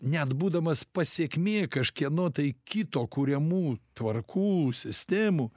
net būdamas pasekmė kažkieno tai kito kuriamų tvarkų sistemų